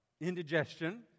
indigestion